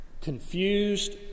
confused